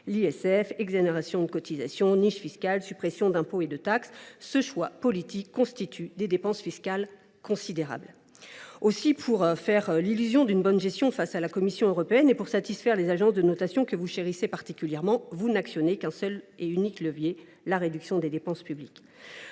(ISF), exonérations de cotisations, niches fiscales, suppressions d’impôts et de taxes… De tels choix politiques emportent des dépenses fiscales considérables. Aussi, pour donner l’illusion d’une bonne gestion face à la Commission européenne et pour satisfaire les agences de notation, que vous chérissez particulièrement, vous n’actionnez qu’un unique levier : la réduction des dépenses publiques.